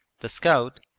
the scout,